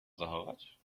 zachować